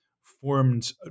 formed